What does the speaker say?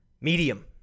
medium